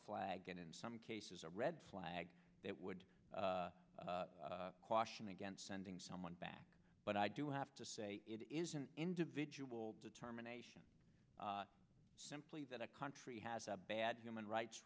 flag and in some cases a red flag that would caution against sending someone back but i do have to say it is an individual determination simply that a country has a bad human rights